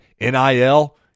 NIL